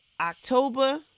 October